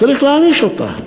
צריך להעניש אותה,